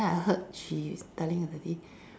then I heard she telling her daddy